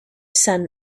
sun